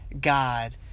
God